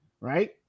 right